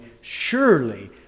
surely